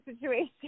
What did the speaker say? situation